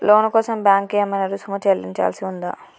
లోను కోసం బ్యాంక్ కి ఏమైనా రుసుము చెల్లించాల్సి ఉందా?